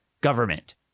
government